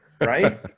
Right